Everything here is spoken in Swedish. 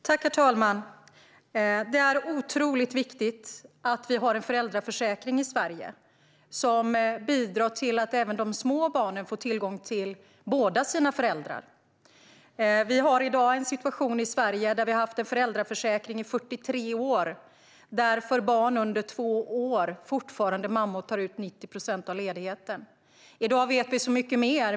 Herr talman! Det är otroligt viktigt att vi har en föräldraförsäkring i Sverige som bidrar till att även de små barnen får tillgång till båda sina föräldrar. Vi har i Sverige i dag en föräldraförsäkring som vi haft i 43 år och en situation där mammor fortfarande tar ut 90 procent av ledigheten för barn under två år. I dag vet vi så mycket mer.